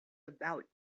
about